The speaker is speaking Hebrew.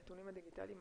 הנתונים הדיגיטליים,